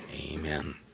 amen